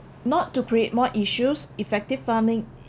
not to create more issues effective farming